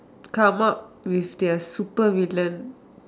come up with their super villain